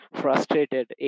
frustrated